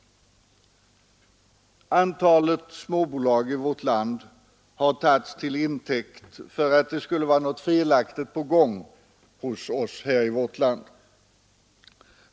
Antalet småbolag i vårt land har tagits till intäkt för att det skulle vara något felaktigt på gång hos oss här i vårt land.